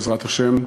בעזרת השם,